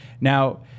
now